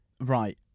Right